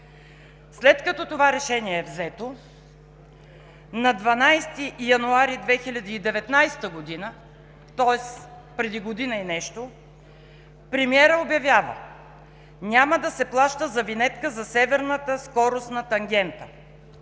След като това решение е взето на 12 януари 2019 г., тоест преди година и нещо, премиерът обявява: „Няма да се плаща за винетка за Северната скоростна тангента.“